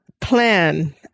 plan